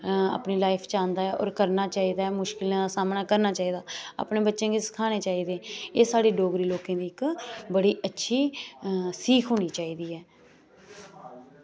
अपनी लाइफ च आंदा ऐ होर करना चाहिदा ऐ मुशिकलां दा सामना करना चाहिदा अपने बच्चें गी सखाने चाहिदे एह् साढ़े डोगरी लोकें दी इक बड़ी अच्छी सीख होनी चाहिदी ऐ